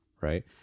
right